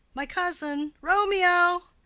my cousin romeo!